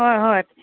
হয় হয়